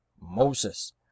moses